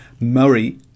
Murray